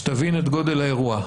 שתבין את גודל האירוע.